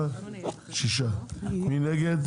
6. מי נגד?